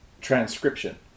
transcription